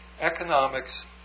Economics